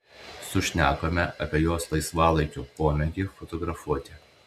sušnekome apie jos laisvalaikio pomėgį fotografuoti